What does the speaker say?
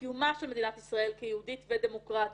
קיומה של מדינת ישראל כיהודית ודמוקרטית,